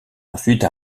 ensuite